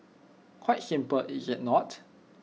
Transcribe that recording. quite simple is IT not